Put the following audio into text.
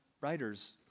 writers